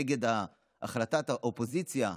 נגד החלטת האופוזיציה.